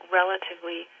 relatively